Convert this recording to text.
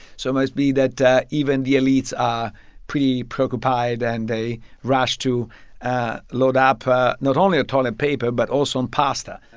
so it must be that that even the elites are pretty preoccupied, and they rush to load up not only on toilet paper but also on pasta